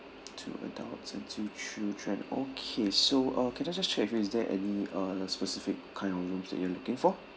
two adults and two children okay so uh can I just check is there any uh specific kind of rooms that you are looking for